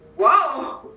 whoa